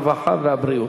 הרווחה והבריאות.